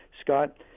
Scott